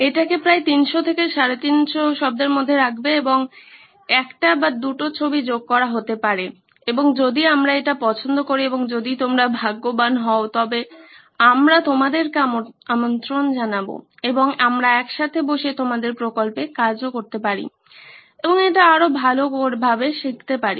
এটাকে প্রায় 300 থেকে 350 শব্দের মধ্যে রাখবে এবং একটি বা দুটি ছবি যোগ করা হতে পারে এবং যদি আমরা এটা পছন্দ করি এবং যদি তোমরা ভাগ্যবান হও তবে আমরা তোমাদেরকে আমন্ত্রণ জানাবো এবং আমরা একসাথে বসে তোমাদের প্রকল্পে কাজ করতে পারি এবং এটা আরও ভাল করতে পারি